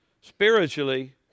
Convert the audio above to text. spiritually